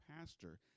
pastor